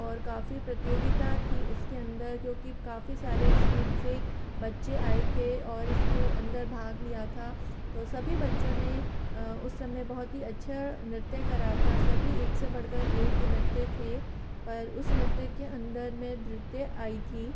और काफ़ी प्रतियोगिता थी इसके अंदर क्योंकि काफ़ी सारे स्कूल से बच्चे आए थे और इसके अंदर भाग लिया था तो सभी बच्चों ने उस समय बहुत ही अच्छा नृत्य करा था सभी एक से बढ़कर एक नृत्य थे पर उस नृत्य के अंदर मैं तृतीय आई थी